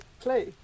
play